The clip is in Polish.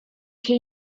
się